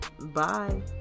Bye